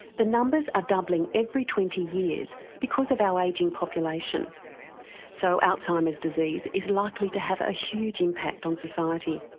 the numbers are doubling every twenty years because of our ageing population so alzheimer's disease is likely to have a huge impact on society.